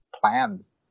plans